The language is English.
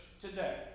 today